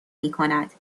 میکند